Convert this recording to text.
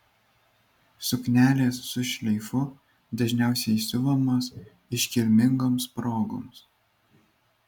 suknelės su šleifu dažniausiai siuvamos iškilmingoms progoms